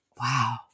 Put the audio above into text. wow